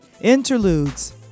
Interludes